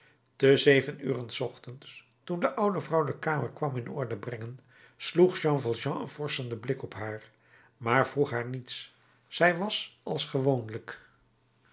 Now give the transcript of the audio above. te zeven uren s ochtends toen de oude vrouw de kamer kwam in orde brengen sloeg jean valjean een vorschenden blik op haar maar vroeg haar niets zij was als gewoonlijk